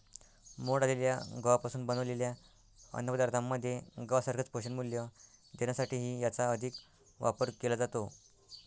मोड आलेल्या गव्हापासून बनवलेल्या अन्नपदार्थांमध्ये गव्हासारखेच पोषणमूल्य देण्यासाठीही याचा अधिक वापर केला जातो